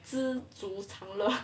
知足常乐